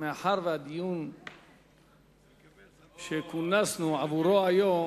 הדיון שכונסנו לשמו היום